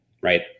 right